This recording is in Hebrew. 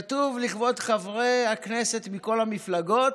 כתוב: לכבוד חברי הכנסת מכל המפלגות,